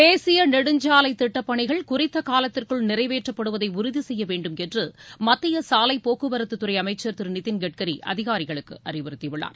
தேசிய நெடுஞ்சாலை திட்டப் பணிகள் குறித்த காலத்திற்குள் நிறைவேற்றப்படுவதை உறுதி செய்யவேண்டும் என்று மத்திய சாலை போக்குவரத்து துறை அமைச்சர் திரு நிதின் கட்கரி அதிகாரிகளுக்கு அறிவுறுத்தி உள்ளார்